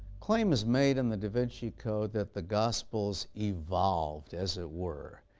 claim is made in the da vinci code that the gospel evolved, as it were,